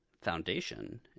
Foundation